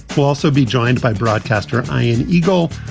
we'll also be joined by broadcaster iron eagle.